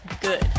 Good